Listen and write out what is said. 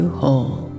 whole